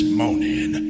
morning